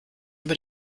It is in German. über